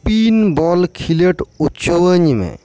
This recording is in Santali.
ᱯᱤᱱ ᱵᱚᱞ ᱠᱷᱤᱞᱳᱰ ᱚᱪᱚᱣᱟᱹᱧ ᱢᱮ